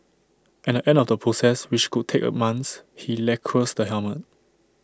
at the end of the process which could take months he lacquers the helmet